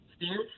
stand